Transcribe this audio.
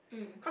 mm